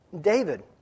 David